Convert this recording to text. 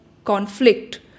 conflict